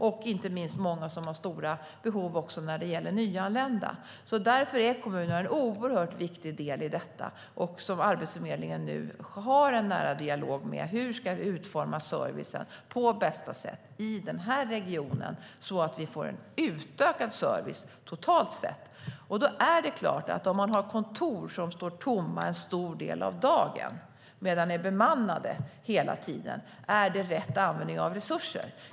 Inte minst är det också många som har stora behov när det gäller nyanlända. Därför är kommunerna en oerhört viktig del i detta, och Arbetsförmedlingen har nu en nära dialog med dem för att kunna utforma servicen på bästa sätt i regionen så att man får en utökad service totalt sett. Om man har kontor som står tomma under en stor del av dagen men samtidigt är bemannade kan man fråga sig: Är det rätt användning av resurser?